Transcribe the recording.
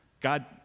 God